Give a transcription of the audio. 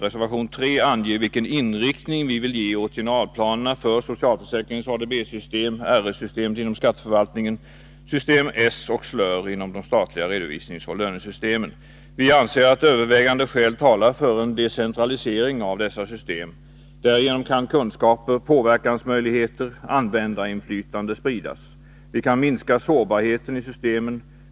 Reservation 3 anger vilken inriktning vi vill ge åt generalplanerna för socialförsäkringens ADB-system, RS-systemet inom skatteförvaltningen, System S och SLÖR inom de statliga redovisningsoch lönesystemen. Vi anser att övervägande skäl talar för en decentralisering av dessa system. Därigenom kan kunskaper, påverkansmöjligheter och användarinflytande spridas. Vi kan minska sårbarheten i systemen.